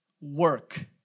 work